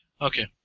Okay